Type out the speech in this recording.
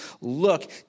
look